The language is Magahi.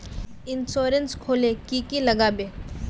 इंश्योरेंस खोले की की लगाबे?